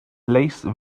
lace